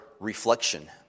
reflection